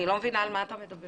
אני לא מבינה על מה אתה מדבר.